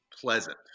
pleasant